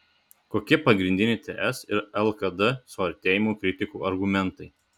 kokie pagrindiniai ts ir lkd suartėjimo kritikų argumentai